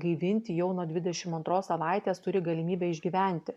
gaivinti jau nuo dvidešim antros savaitės turi galimybę išgyventi